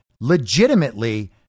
legitimately